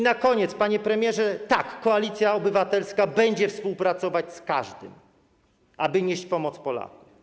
Na koniec, panie premierze, tak Koalicja Obywatelska będzie współpracować z każdym, aby nieść pomoc Polakom.